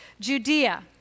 Judea